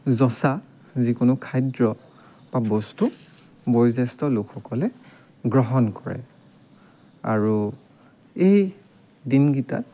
যচা যিকোনো খাদ্য বা বস্তু বয়োজ্যেষ্ঠ লোকসকলে গ্ৰহণ কৰে আৰু এই দিনগিটা